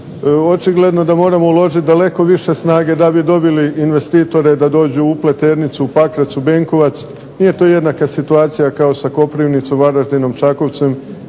očigledno da moramo uložiti daleko više snage da bi dobili investitore da dođu u Pleternicu, u Pakrac, u Benkovac, nije to jednaka situacija kao sa Koprivnicom, Varaždinom, Čakovcem,